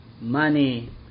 money